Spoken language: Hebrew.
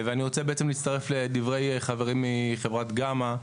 אני רוצה להצטרף לדברי חברי מחברת גמא,